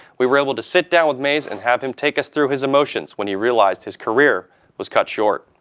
we were able to sit down with mays and have him take us through his emotions when he realized his career was cut short.